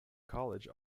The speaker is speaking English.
college